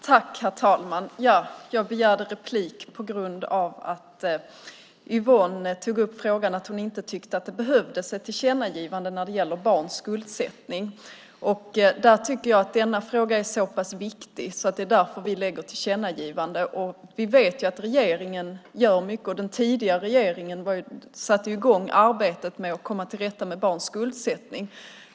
Herr talman! Jag begärde replik på grund av att Yvonne sade att hon inte tyckte att det behövdes ett tillkännagivande när det gäller barns skuldsättning. Jag tycker att denna fråga är så pass viktig. Det är därför som vi lägger fram förslag om ett tillkännagivande. Vi vet att regeringen gör mycket, och den tidigare regeringen satte i gång arbetet med att komma till rätta med barns skuldsättning.